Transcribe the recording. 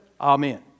Amen